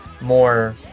more